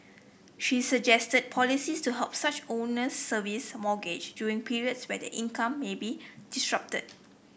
she suggested policies to help such owners service mortgage during periods where their income may be disrupted